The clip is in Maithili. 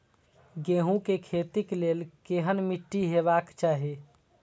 गेहूं के खेतीक लेल केहन मीट्टी हेबाक चाही?